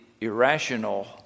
irrational